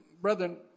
brethren